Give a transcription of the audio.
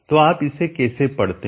तो आप इसे कैसे पढ़ते हैं